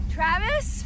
Travis